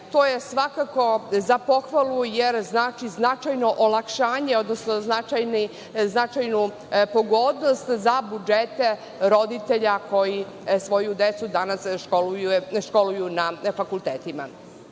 To je svakako za pohvalu jer znači značajno olakšavanje, značajnu pogodnost za budžete roditelja koji svoju decu danas školuju na fakultetima. Ono